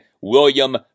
William